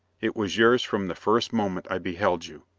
it was yours from the first moment i beheld you!